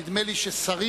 נדמה לי ששרים,